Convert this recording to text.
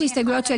מדובר בתיקון של